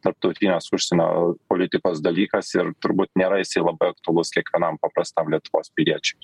tarptautinės užsienio politikos dalykas ir turbūt nėra jisai labai aktualus kiekvienam paprastam lietuvos piliečiui